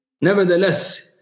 Nevertheless